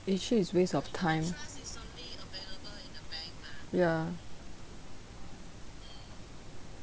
it sure is waste of time ya